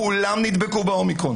כולם נדבקו באומיקרון,